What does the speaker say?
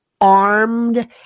armed